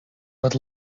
but